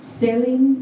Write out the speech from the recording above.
selling